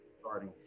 starting